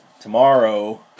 tomorrow